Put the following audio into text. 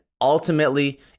ultimately